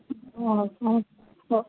ആ ആ